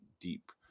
deep